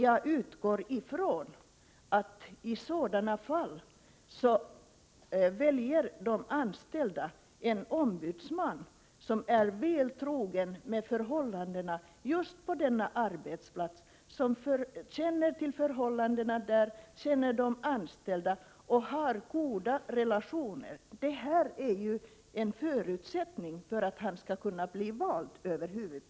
Jag utgår från att de anställda i sådana fall väljer en ombudsman, som är väl förtrogen med förhållandena på just denna arbetsplats och som känner till de anställda och har goda relationer med dem. Detta är ju en förutsättning för att han över huvud taget skall bli vald.